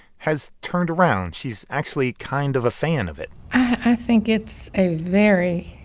has turned around. she's actually kind of a fan of it i think it's a very,